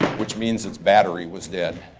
which means its battery was dead.